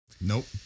Nope